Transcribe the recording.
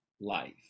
life